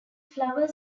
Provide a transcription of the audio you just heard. flowers